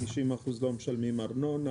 50% לא משלמים ארנונה.